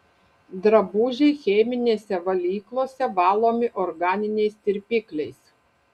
drabužiai cheminėse valyklose valomi organiniais tirpikliais